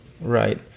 Right